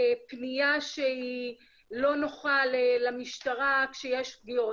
פניה שהיא לא נוחה למשטרה כשיש פגיעות,